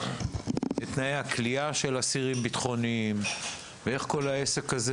את תנאי הכליאה של אסירים בטחוניים ואיך כל העסק הזה